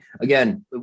again